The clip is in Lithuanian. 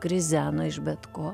krizeno iš bet ko